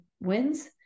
wins